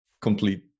complete